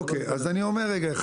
אוקיי, אז אני אומר רגע אחד.